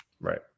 Right